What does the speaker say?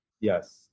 Yes